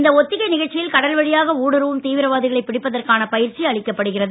இந்த ஒத்திகை நிகழ்ச்சியில் கடல் வழியாக ஊடுருவும் தீவிரவாதிகளை பிடிப்பதற்கான பயிற்சி அளிக்கப்படுகிறது